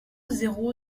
zéro